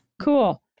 cool